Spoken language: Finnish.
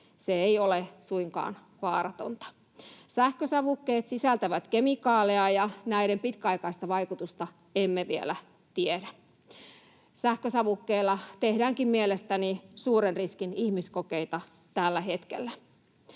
se ei ole suinkaan vaaratonta. Sähkösavukkeet sisältävät kemikaaleja, ja näiden pitkäaikaista vaikutusta emme vielä tiedä. Sähkösavukkeilla tehdäänkin mielestäni suuren riskin ihmiskokeita tällä hetkellä.